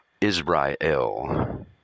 Israel